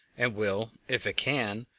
and will, if it can,